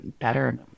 better